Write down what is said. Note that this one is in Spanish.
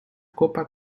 copa